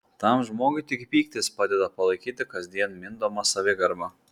tam žmogui tik pyktis padeda palaikyti kasdien mindomą savigarbą